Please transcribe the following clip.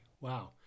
Wow